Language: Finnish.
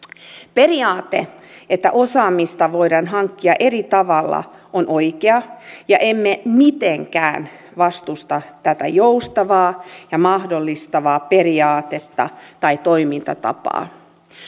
periaate että osaamista voidaan hankkia eri tavalla on oikea ja emme mitenkään vastusta tätä joustavaa ja mahdollistavaa periaatetta tai toimintatapaa